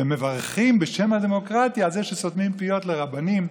ומברכים בשם הדמוקרטיה על זה שסותמים פיות לרבנות,